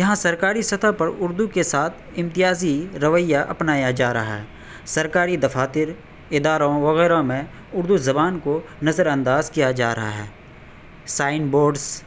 یہاں سرکاری سطح پر اردو کے ساتھ امتیازی رویہ اپنایا جا رہا ہے سرکاری دفاتر اداروں وغیرہ میں اردو زبان کو نظر انداز کیا جا رہا ہے سائن بورڈس